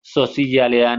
sozialean